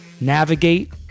navigate